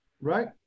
Right